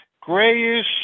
grayish